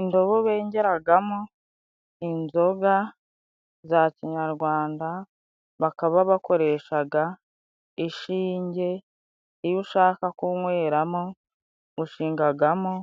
Indobo bengegamo inzoga za kinyarwanda, bakaba bakoreshaga ishinge iyo ushaka kunyweramo ushingagamo